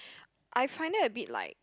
I find that a bit like